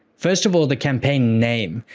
first of all, the campaign name,